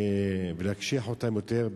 להקשיח אותם יותר,